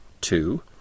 Two